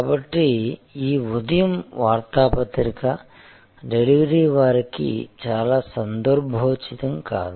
కాబట్టి ఈ ఉదయం వార్తాపత్రిక డెలివరీ వారికి చాలా సందర్భోచితం కాదు